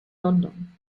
london